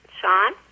Sean